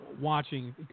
watching